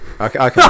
Okay